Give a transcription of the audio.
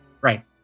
Right